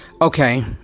okay